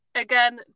again